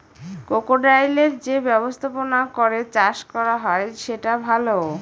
ক্রোকোডাইলের যে ব্যবস্থাপনা করে চাষ করা হয় সেটা ভালো